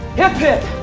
hip, hip!